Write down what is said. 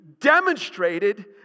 demonstrated